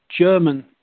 German